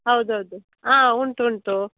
ಹೌದೌದು ಹಾಂ ಉಂಟು ಉಂಟು